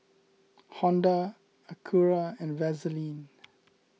Honda Acura and Vaseline